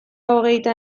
hogeita